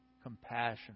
compassion